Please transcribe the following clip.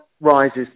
rises